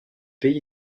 pays